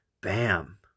Bam